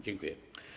Dziękuję.